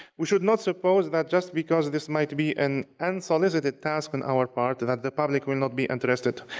we should not suppose that just because this might be an unsolicited task on our part, that the public will not be interested.